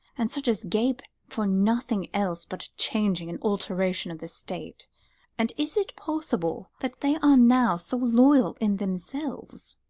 and such as gape for nothing else but changing and alteration of the state and is it possible that they are now so loyal in them selves?